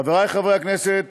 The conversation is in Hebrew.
חבריי חברי הכנסת,